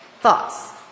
Thoughts